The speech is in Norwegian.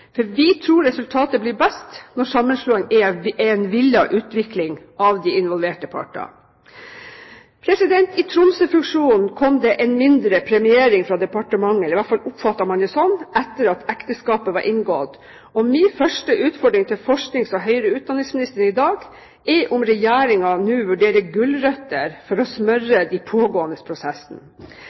For vi tror resultatet blir best når sammenslåing er en villet utvikling av de involverte parter. I Tromsø-fusjonen kom det en mindre premiering fra departementet – eller i hvert fall oppfattet man det sånn – etter at ekteskapet var inngått, og min første utfordring til forsknings- og høyere utdanningsministeren i dag er om Regjeringen nå vurderer gulrøtter for å smøre de pågående